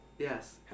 Yes